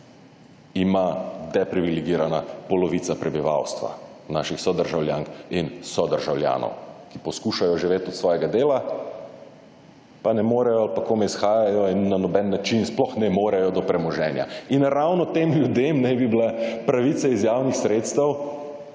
ima deprivilegirana polovica prebivalstva, naših sodržavljank in sodržavljanov, ki poskušajo živeti od svojega dela, pa ne morejo ali pa komaj shajajo in na noben način sploh ne morejo do premoženja. In ravno tem ljudem naj bi bile pravice iz javnih sredstev